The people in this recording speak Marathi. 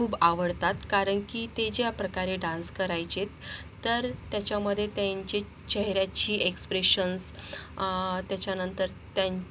खूप आवडतात कारण की ते ज्या प्रकारे डान्स करायचे तर त्याच्यामध्ये त्यांचे चेहऱ्याची एक्सप्रेशन्स त्याच्यानंतर त्यां